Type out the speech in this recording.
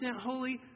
holy